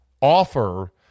offer